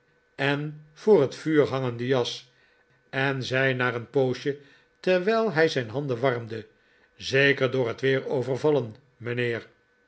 en voor het vuur hangende jas en zei na een poosje terwijl hij zijn handen warmde zeker door het weer overvallen mijnheer